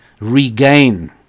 regain